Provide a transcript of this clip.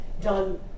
done